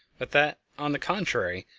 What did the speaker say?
but that, on the contrary,